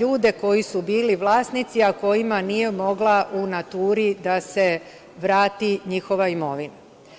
ljude koji su bili vlasnici, a kojima nije mogla u naturi da se vrati njihova imovina.